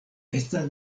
estas